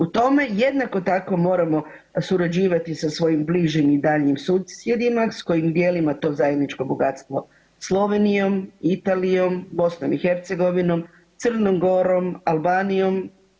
U tome jednako tako moramo surađivati sa svojim bližim i daljnjih susjedima s kojim dijelimo to zajedničko bogatstvo, Slovenijom, Italijom, BiH, Crnom Gorom, Albanijom.